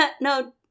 No